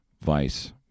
Vice